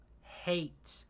hate